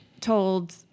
told